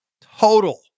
total